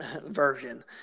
version